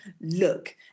look